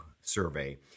survey